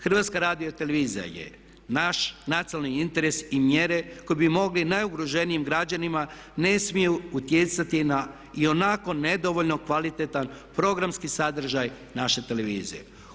HRT je naš nacionalni interes i mjere koje bi mogle najugroženijim građanima ne smiju utjecati i na onako nedovoljno kvalitetan programski sadržaj naše televizije.